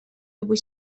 avui